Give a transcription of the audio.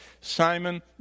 Simon